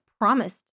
promised